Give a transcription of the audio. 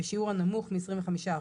בשיעור הנמוך מ-25%,